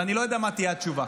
ואני לא יודע מה תהיה התשובה,